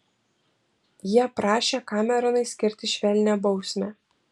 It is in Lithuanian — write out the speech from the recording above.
jie prašė kameronui skirti švelnią bausmę